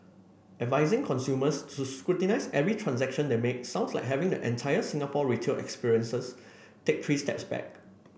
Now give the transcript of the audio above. advising consumers to scrutinise every transaction they make sounds like having the entire Singapore retail experiences take three steps back